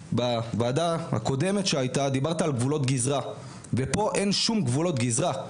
בוועדה הקודמת שהייתה דיברת על גבולות גזרה ופה אין שום גבולות גזרה.